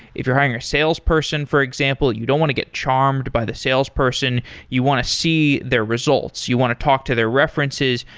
if you're hiring a sales person for example, and you don't want to get charmed by the salesperson you want to see their results, you want to talk to their references,